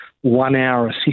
one-hour